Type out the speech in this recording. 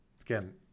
Again